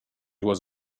was